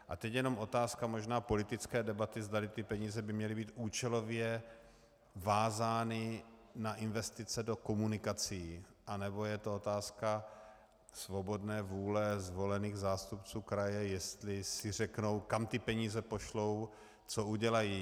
A teď je jen otázka možná politické debaty, zdali ty peníze by měly být účelově vázány na investice do komunikací, anebo je to otázka svobodné vůle zvolených zástupců kraje, jestli si řeknou, kam ty peníze pošlou, co udělají.